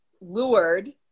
Lured